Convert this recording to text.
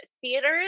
theaters